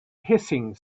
hissing